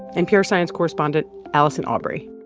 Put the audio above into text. npr science correspondent allison aubrey